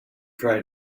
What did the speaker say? try